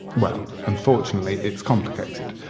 well, unfortunately it's complicated.